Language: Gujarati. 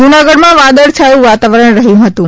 જૂનાગઢમાં વાદળછાયું વાતાવરણ રહ્યું હતું